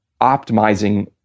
optimizing